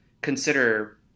consider